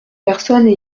personnes